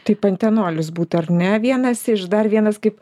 tai pantenolis būtų ar ne vienas iš dar vienas kaip